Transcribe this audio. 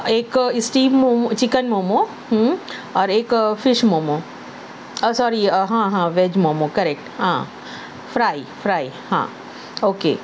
ایک steam momo chicken momo اور ایک فش مومو اور سوری ہاں ہاں ویج مومو کریکٹ ہاں فرائی فرائی ہاں او کے